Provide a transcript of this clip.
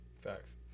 Facts